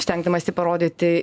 stengdamasi parodyti